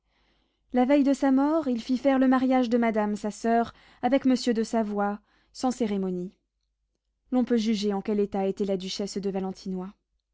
la veille de sa mort il fit faire le mariage de madame sa soeur avec monsieur de savoie sans cérémonie l'on peut juger en quel état était la duchesse de valentinois